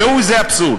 ראו איזה אבסורד.